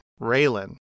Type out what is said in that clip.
Raylan